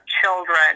children